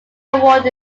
award